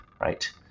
Right